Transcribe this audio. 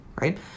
right